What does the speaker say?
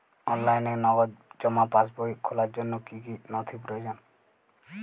অনলাইনে নগদ জমা পাসবই খোলার জন্য কী কী নথি প্রয়োজন?